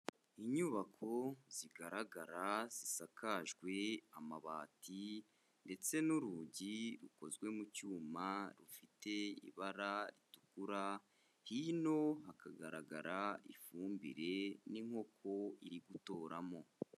Inyubako zigaragara zisakajwe amabati ndetse n'urugi rukozwe mu cyuma rufite ibara ritukura, hino hakagaragara ifumbire n'inkoko iri gutoramo.